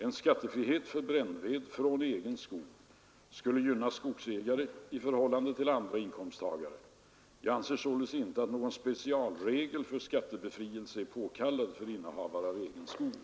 En skattefrihet för brännved från egen skog skulle gynna skogsägare i förhållande till andra inkomsttagare. Jag anser således inte att någon specialregel för skattebefrielse är påkallad för innehavare av egen skog.